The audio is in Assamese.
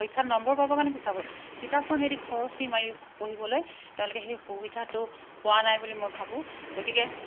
পৰীক্ষাত নম্বৰ পাবৰ কাৰণে কিতাপখন পঢ়ে কিতাপখন সেহেঁতি খৰচী মাৰি পঢ়িবলৈ তেওঁলোকে সেই সুবিধাটো পোৱা নাই বুলি মই ভাবোঁ গতিকে